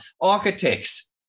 architects